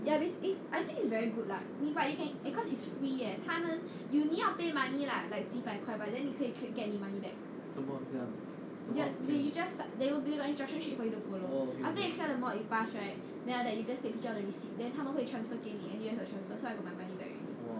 ya basically I think it's very good lah you can but because it's free eh and 他们 you 你要 pay money lah like 几百块 but then 你可以 get your money back you you just just start they got instruction sheet for you to follow after you clear the mod you pass right then after that you just take picture of the receipt then 他们会 transfer 给你 N_U_S will transfer so I got my money back already